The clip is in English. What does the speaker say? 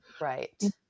Right